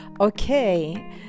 Okay